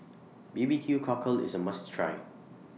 B B Q Cockle IS A must Try